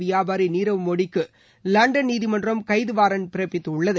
வியாபாரி நீரவ் மோடிக்கு லண்டன் நீதிமன்றம் கைது வாரன்டு பிறப்பித்துள்ளது